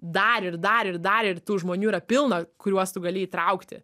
dar ir dar ir dar ir tų žmonių yra pilna kuriuos tu gali įtraukti